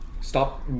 stop